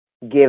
give